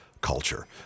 culture